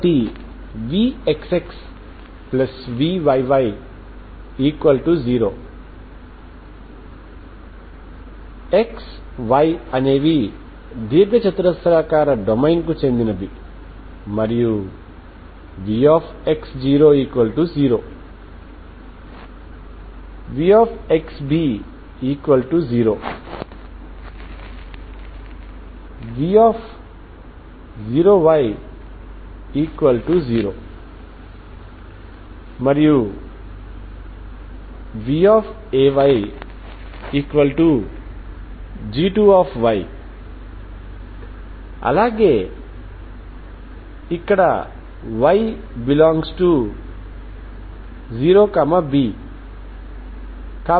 కాబట్టి vxxvyy0 xy అనేవి దీర్ఘచతురస్రాకార డొమైన్కు చెందినది మరియు vx00 vxb0v0y0 మరియు vayg2 అలాగే ఇక్కడ y∈0b